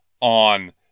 on